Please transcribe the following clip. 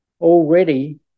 already